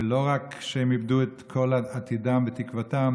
ולא רק שהם איבדו את כל עתידם ותקוותם,